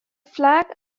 flag